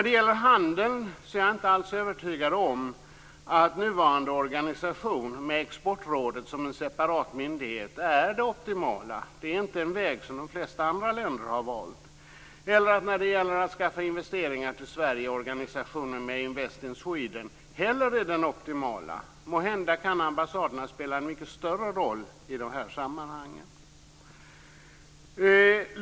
Beträffande handeln är jag inte alls övertygad om att nuvarande organisation med Exportrådet som en separat myndighet är det optimala. Det är inte en väg som de flesta andra länder har valt. Jag tror inte heller att organisationen när det gäller att skaffa investeringar till Sverige, Invest in Sweden, är den optimala. Måhända kan ambassaderna spela en mycket större roll i dessa sammanhang.